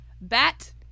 bat